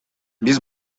биз